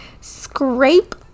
Scrape